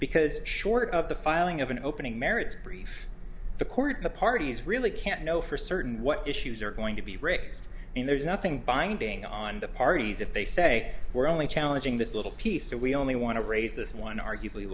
because short of the filing of an opening merits brief the court the parties really can't know for certain what issues are going to be raised and there's nothing binding on the parties if they say we're only challenging this little piece so we only want to raise this one arguably